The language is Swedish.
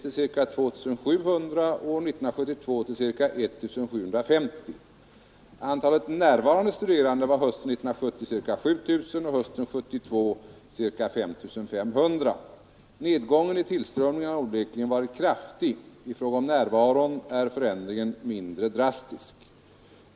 tillströmningen har onekligen varit kraftig. I fråga om närvaron är förändringen mindre drastisk.